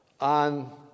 on